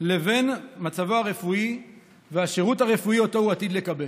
לבין מצבו הרפואי והשירות הרפואי שהוא עתיד לקבל.